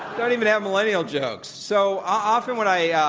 don't even have millennial jokes. so often what i yeah